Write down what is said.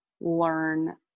learn